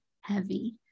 heavy